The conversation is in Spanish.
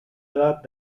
edad